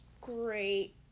great